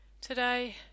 Today